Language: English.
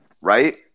right